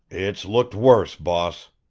it's looked worse, boss,